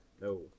no